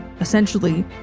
essentially